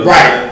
Right